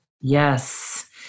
Yes